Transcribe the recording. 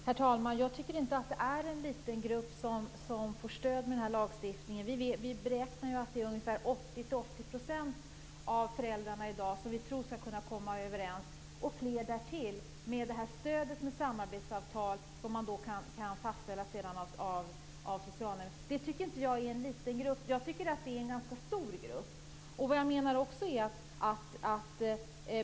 Herr talman! Jag tycker inte att det är en liten grupp som får stöd med den här lagstiftningen. Vi beräknar att det är ungefär 80 % av föräldrarna som vi tror skall kunna komma överens, och fler därtill, med det här stödet av samarbetsavtal som socialnämnden sedan kan fastställa. Det tycker jag inte är en liten grupp. Jag tycker att det är en ganska stor grupp.